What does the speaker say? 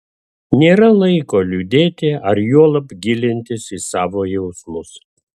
nėra laiko liūdėti ar juolab gilintis į savo jausmus